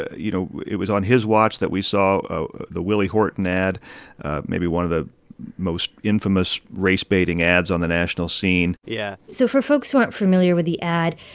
you know, it was on his watch that we saw ah the willie horton ad maybe one of the most infamous race-baiting ads on the national scene yeah so for folks who aren't familiar with the ad,